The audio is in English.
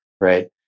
right